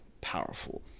powerful